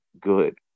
good